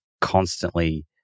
constantly